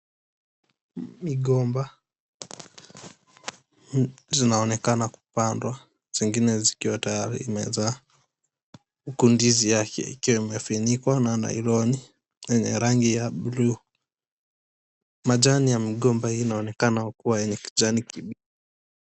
Migomba zinaonekana kupandwa zengine zikiwa tayari zimezaa huku ndizi yake ikiwa imefunikwa na lailoni yenye rangi ya bluu majani ya mgomba yanaonekana kuwa ya kijani kibichi.